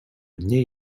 nie